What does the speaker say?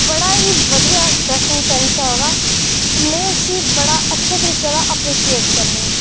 बड़ा ई बधिया ड्रैसिंग सैंस ऐ ओह्दा ते में उसी बड़े अच्छे तरीकै दा एपरीशियेट करनी आं